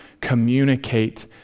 communicate